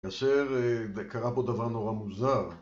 כאשר קרה בו דבר נורא מוזר